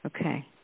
Okay